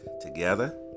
Together